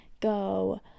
go